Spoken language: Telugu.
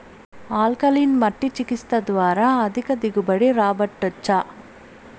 ఆల్కలీన్ మట్టి చికిత్స ద్వారా అధిక దిగుబడి రాబట్టొచ్చా